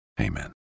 amen